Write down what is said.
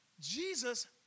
Jesus